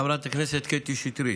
חברת הכנסת קטי שטרית,